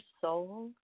soul